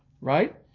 Right